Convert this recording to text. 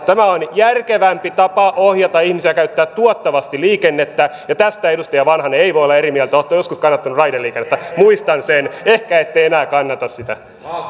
tämä on järkevämpi tapa ohjata ihmisiä käyttää tuottavasti liikennettä ja tästä edustaja vanhanen ei voi olla eri mieltä olette joskus kannattanut raideliikennettä muistan sen ehkä ette enää kannata sitä